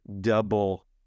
double